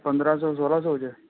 ਪੰਦਰਾਂ ਸੌ ਸੋਲ੍ਹਾਂ ਸੌ ਹੋ ਜੇ